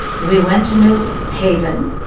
we went to new haven,